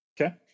okay